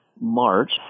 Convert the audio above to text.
March